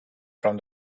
from